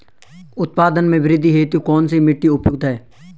उत्पादन में वृद्धि हेतु कौन सी मिट्टी उपयुक्त है?